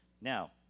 Now